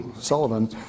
Sullivan